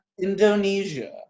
Indonesia